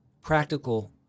practical